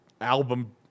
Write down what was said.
album